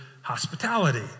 hospitality